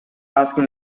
asking